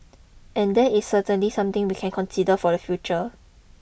and that is certainly something we can consider for the future